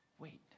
Wait